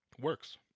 works